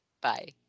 Bye